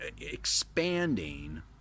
expanding